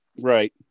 Right